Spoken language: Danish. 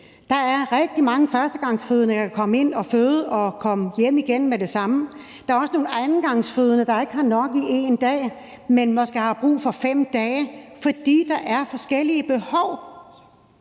Der er rigtig mange førstegangsfødende, der kan komme ind at føde og komme hjem igen med det samme. Der er også nogle andengangsfødende, der ikke har nok i 1 dag, men måske har brug for 5 dage, for der er forskellige behov.